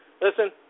Listen